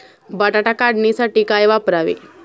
बटाटा काढणीसाठी काय वापरावे?